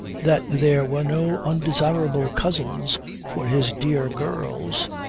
that there were no undesirable cousins for his dear girls,